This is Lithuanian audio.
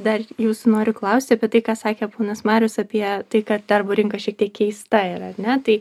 dar jūsų noriu klausti apie tai ką sakė ponas marius apie tai kad darbo rinka šiek tiek keista yra ar ne tai